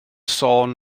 sôn